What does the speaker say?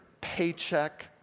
paycheck